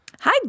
Hi